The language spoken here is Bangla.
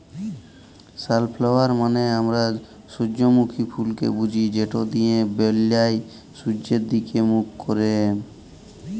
সালফ্লাওয়ার মালে আমরা সূজ্জমুখী ফুলকে বুঝি যেট দিলের ব্যালায় সূয্যের দিগে মুখ ক্যারে